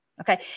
Okay